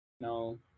no